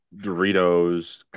Doritos